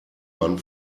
man